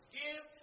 give